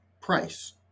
price